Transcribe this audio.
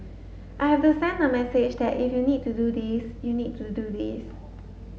I have to send the message that if you need to do this you need to do this